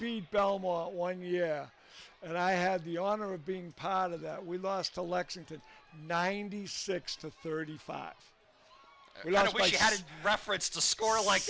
be belmore one yeah and i had the honor of being part of that we lost to lexington ninety six to thirty five reference to score like